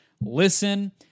listen